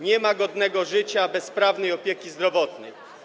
Nie ma godnego życia bez sprawnej opieki zdrowotnej.